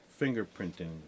fingerprinting